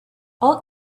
all